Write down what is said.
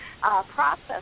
process